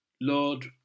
Lord